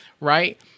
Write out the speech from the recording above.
right